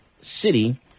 City